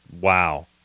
wow